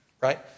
Right